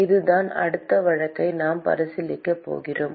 அதுதான் அடுத்த வழக்கை நாம் பரிசீலிக்கப் போகிறோம்